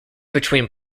between